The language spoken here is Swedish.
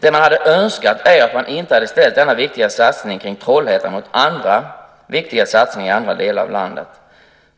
Det man hade önskat är att man inte hade ställt denna viktiga satsning på Trollhättan mot andra viktiga satsningar i andra delar av landet.